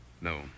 No